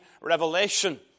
revelation